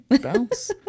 Bounce